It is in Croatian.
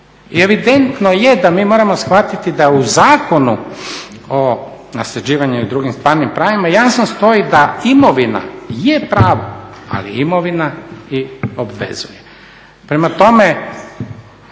I evidentno je da mi moramo shvatiti da u Zakonu o nasljeđivanju i drugim stvarnim pravima jasno stoji da imovina je pravo ali imovina i obvezuje.